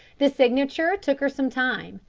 the signature took her some time.